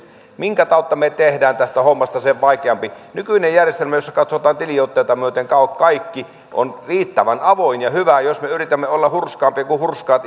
minkä tautta me teemme tästä hommasta sen vaikeamman nykyinen järjestelmä jossa katsotaan tiliotteita myöten kaikki on riittävän avoin ja hyvä jos me yritämme olla hurskaampia kuin hurskaat